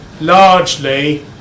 largely